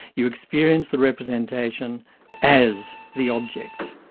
you experience the representation as the object.